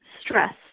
Stress